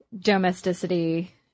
domesticity